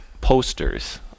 posters